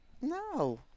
no